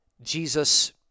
jesus